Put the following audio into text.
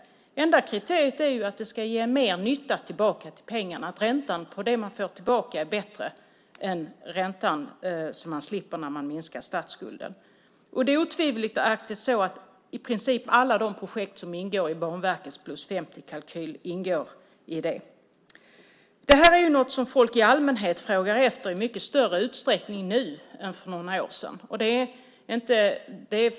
Det enda kriteriet är att det ska ge mer nytta, att räntan på det man får tillbaka är bättre än den ränta som man slipper när man minskar statsskulden. Otvivelaktigt är det så att i princip alla projekt som ingår i Banverkets plus 50-kalkyl ingår i detta. Det här är något som folk i allmänhet nu i mycket större utsträckning än för några år sedan frågar efter.